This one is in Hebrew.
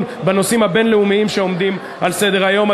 בנושאים הבין-לאומיים שעומדים על סדר-היום.